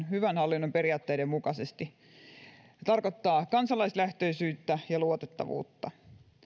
hyvän hallinnon periaatteiden mukaisesti se tarkoittaa kansalaislähtöisyyttä ja luotettavuutta